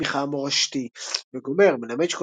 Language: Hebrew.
אל-מיכה המרשתי וגו'' - מלמד,